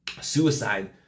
suicide